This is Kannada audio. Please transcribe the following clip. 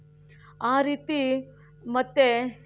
ಆ ರೀತಿ ಮತ್ತೆ